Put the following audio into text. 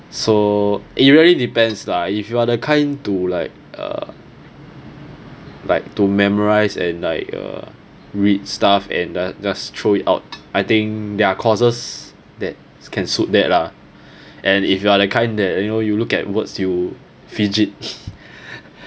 so it really depends lah if you are the kind to like uh like to memorize and like uh read stuff and uh just throw it out I think there are courses that can suit that lah and if you are the kind like that you know you look at words you fidget